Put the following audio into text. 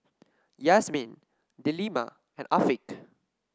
Yasmin Delima and Afiq